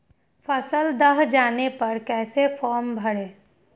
फसल दह जाने पर कैसे फॉर्म भरे?